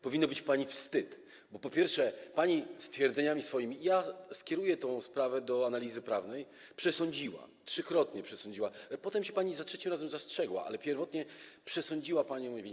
Powinno być pani wstyd, bo po pierwsze, pani swoimi stwierdzeniami - skieruję tę sprawę do analizy prawnej - przesądziła, trzykrotnie przesądziła, potem się pani za trzecim razem zastrzegła, ale pierwotnie przesądziła pani o mojej winie.